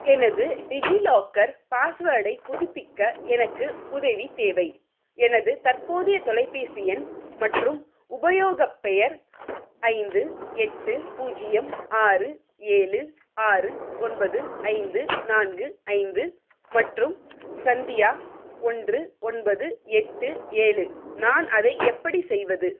எனது டிஜிலாக்கர் பாஸ்வேர்டை புதுப்பிக்க எனக்கு உதவி தேவை எனது தற்போதைய தொலைபேசி எண் மற்றும் உபயோகப் பெயர் ஐந்து எட்டு பூஜ்ஜியம் ஆறு ஏழு ஆறு ஒன்பது ஐந்து நான்கு ஐந்து மற்றும் சந்தியா ஒன்று ஒன்பது எட்டு ஏழு நான் அதை எப்படி செய்வது